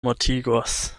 mortigos